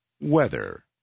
weather